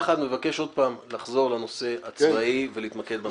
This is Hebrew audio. אחת מבקש עוד פעם לחזור לנושא הצבאי ולהתמקד בו.